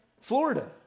Florida